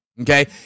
Okay